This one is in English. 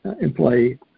employee